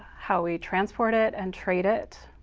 how we transport it and trade it,